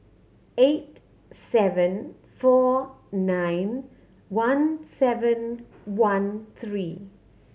eight seven four nine one seven one three